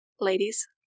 ladies